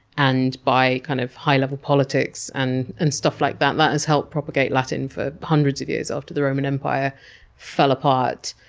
and by kind of high level politics, and and stuff like that. that has helped propagate latin for hundreds of years after the roman empire fell apart.